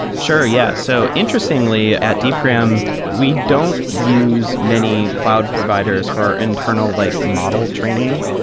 sure, yeah. so interestingly, at deepgram, we don't use many cloud providers for our internal like model training.